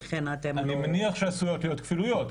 אני מניח שעשויות להיות כפילויות.